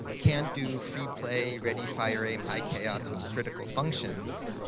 can't do free play, ready, fire, aim, high chaos with critical functions.